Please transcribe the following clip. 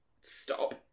stop